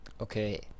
Okay